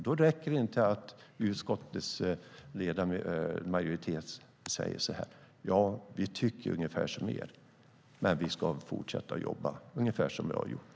Då räcker det inte att utskottets majoritet säger: Ja, vi tycker ungefär som ni, men vi fortsätter jobba ungefär som vi har gjort.